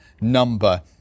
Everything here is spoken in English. number